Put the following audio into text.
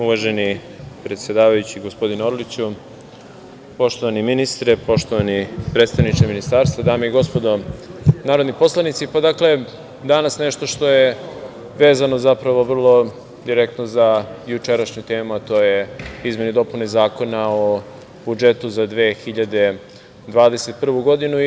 Uvaženi predsedavajući, gospodine Orliću, poštovani ministre, poštovani predstavniče Ministarstva, dame i gospodo narodni poslanici, danas nešto što je vezano zapravo vrlo direktno za jučerašnju temu, a to su izmene i dopuna Zakona o budžetu za 2021. godinu.